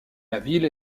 ville